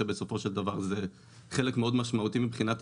שבסופו של דבר זה חלק מאוד ניכר בניסיון.